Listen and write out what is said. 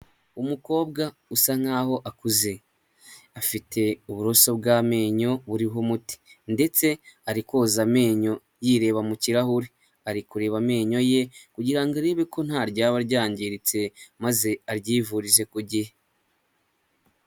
Umukobwa usa nk'aho akuze, afite uburoso bw'amenyo buriho umuti ndetse ari koza amenyo yireba mu kirahure, ari kureba amenyo ye kugirango ngo arebe ko nta ryaba ryangiritse maze aryivurize ku gihe.